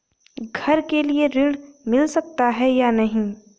घर के लिए ऋण मिल सकता है या नहीं?